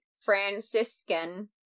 Franciscan